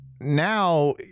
Now